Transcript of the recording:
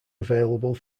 available